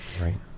Right